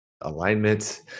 alignment